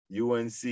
UNC